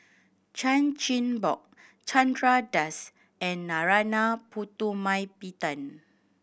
Chan Chin Bock Chandra Das and Narana Putumaippittan